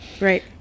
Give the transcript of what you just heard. Right